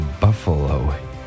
Buffalo